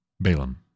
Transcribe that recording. Balaam